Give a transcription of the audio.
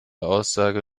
aussage